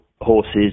horses